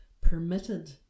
permitted